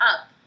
up